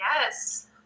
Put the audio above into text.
Yes